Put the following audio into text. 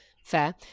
Fair